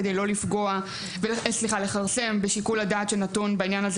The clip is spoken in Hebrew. כדי לא לכרסם בשיקול הדעת שנתון בעניין הזה